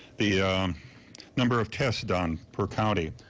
the number of tests done for county.